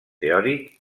teòric